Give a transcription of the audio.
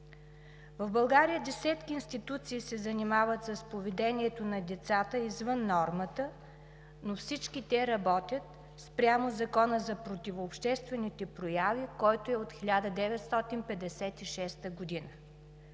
В България десетки институции се занимават с поведението на децата извън нормата, но всички те работят спрямо Закона за противообществените прояви, който е от 1956 г.